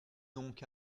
donc